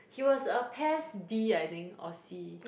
he was a pes D I think or C